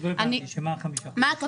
לא הבנתי את הכוונה.